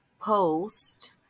post